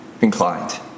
inclined